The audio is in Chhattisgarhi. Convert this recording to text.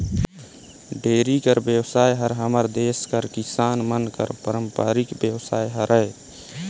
डेयरी कर बेवसाय हर हमर देस कर किसान मन कर पारंपरिक बेवसाय हरय